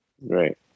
Right